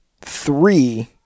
three